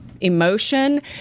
emotion